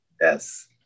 Yes